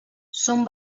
són